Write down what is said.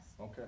Okay